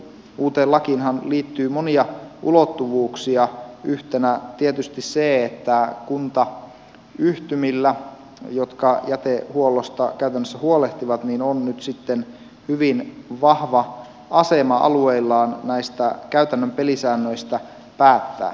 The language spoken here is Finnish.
uuteen lakiinhan liittyy monia ulottuvuuksia yhtenä tietysti se että kuntayhtymillä jotka jätehuollosta käytännössä huolehtivat on nyt hyvin vahva asema alueillaan näistä käytännön pelisäännöistä päättää